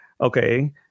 Okay